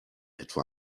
etwa